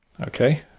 Okay